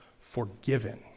forgiven